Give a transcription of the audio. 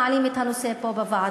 מעלים את הנושא פה בוועדות,